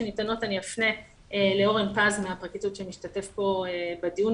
אני אפנה לאורן פז מהפרקליטות שמשתתף פה בדיון.